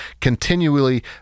continually